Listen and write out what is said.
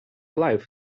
life